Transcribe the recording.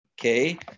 Okay